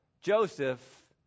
Joseph